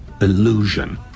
illusion